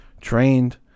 trained